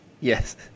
yes